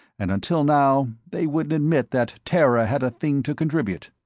and until now, they wouldn't admit that terra had a thing to contribute.